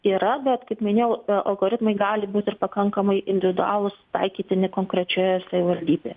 yra bet kaip minėjau algoritmai gali būti pakankamai individualūs taikytini konkrečioje savivaldybėje